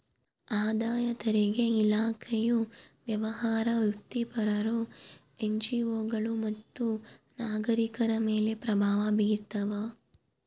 ಆದಾಯ ತೆರಿಗೆ ಇಲಾಖೆಯು ವ್ಯವಹಾರ ವೃತ್ತಿಪರರು ಎನ್ಜಿಒಗಳು ಮತ್ತು ನಾಗರಿಕರ ಮೇಲೆ ಪ್ರಭಾವ ಬೀರ್ತಾವ